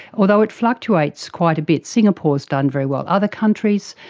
although it fluctuates quite a bit. singapore has done very well. other countries,